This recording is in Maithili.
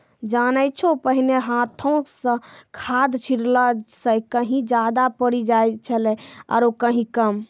जानै छौ पहिने हाथों स खाद छिड़ला स कहीं ज्यादा पड़ी जाय छेलै आरो कहीं कम